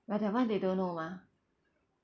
but that [one] they don't know mah